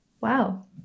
wow